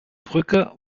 brücke